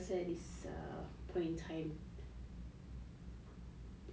aku rasa at this point in time